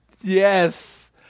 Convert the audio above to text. yes